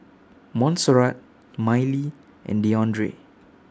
Montserrat Miley and Deandre